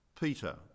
Peter